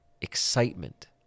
excitement